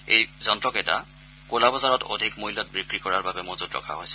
এই যন্ত্ৰকেইটা কলা বজাৰত অধিক মূল্যত বিক্ৰী কৰাৰ বাবে মজূত ৰখা হৈছিল